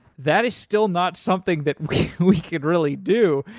that is still not something that we could really do.